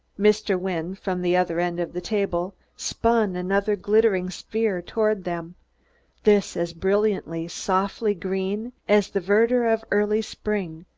mr. wynne, from the other end of the table, spun another glittering sphere toward them this as brilliantly, softly green as the verdure of early spring,